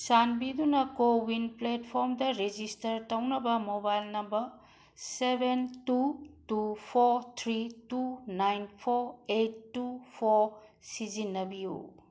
ꯆꯥꯟꯕꯤꯗꯨꯅ ꯀꯣꯋꯤꯟ ꯄ꯭ꯂꯦꯠꯐꯣꯝꯗ ꯔꯦꯖꯤꯁꯇꯔ ꯇꯧꯅꯕ mobile number seven two two four three two nine four eight two four ꯁꯤꯖꯤꯟꯅꯕꯤꯌꯨ